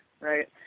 Right